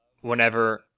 whenever